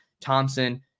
Thompson